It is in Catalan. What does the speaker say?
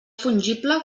fungible